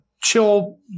chill